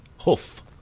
Hoof